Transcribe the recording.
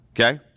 Okay